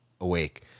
awake